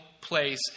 place